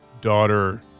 daughter